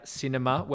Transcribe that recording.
cinema